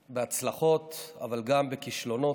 בהצלחות, אבל גם בכישלונות.